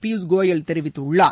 பியூஷ் கோயல் தெரிவித்துள்ளார்